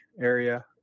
area